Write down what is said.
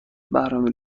برنامه